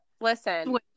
listen